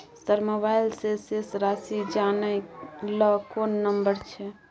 Sir mobile से शेस राशि जानय ल कोन नंबर छै?